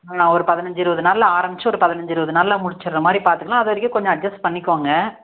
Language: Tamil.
நான் ஒரு பதினைஞ்சு இருபது நாளில் ஆரம்பிச்சு ஒரு பதினைஞ்சு இருபது நாளில் முடிச்சிடுற மாதிரி பார்த்துக்குலாம் அதுவரைக்கும் கொஞ்சம் அட்ஜஸ்ட் பண்ணிக்கோங்க